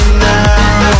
now